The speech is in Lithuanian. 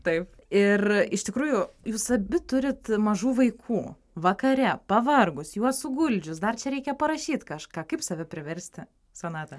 taip ir iš tikrųjų jūs abi turit mažų vaikų vakare pavargus juos suguldžius dar čia reikia parašyt kažką kaip save priversti sonata